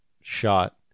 shot